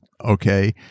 okay